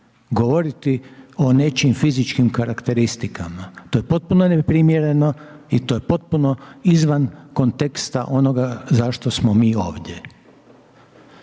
govoriti o nečijim fizičkim karakteristikama, to je potpuno neprimjereno i to je potpuno izvan konteksta onoga zašto smo mi ovdje.